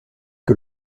que